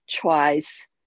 twice